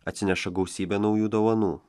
atsineša gausybę naujų dovanų